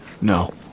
No